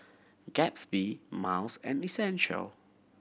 Gatsby Miles and Essential